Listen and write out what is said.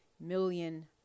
Million